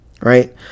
right